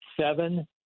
seven